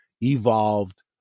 evolved